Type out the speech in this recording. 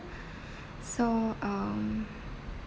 so um